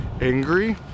angry